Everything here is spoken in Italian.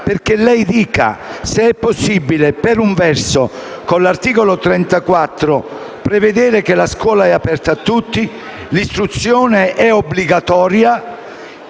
perché lei dica se è possibile, per un verso, con l'articolo 34 prevedere che la scuola è aperta a tutti e che l'istruzione è obbligatoria: